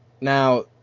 now